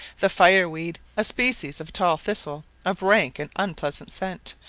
the fire-weed, a species of tall thistle of rank and unpleasant scent,